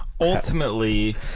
ultimately